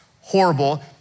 horrible